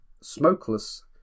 smokeless